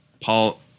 Paul